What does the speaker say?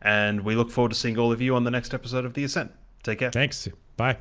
and we look forward to seeing all of you on the next episode of the ascent take care thanks bye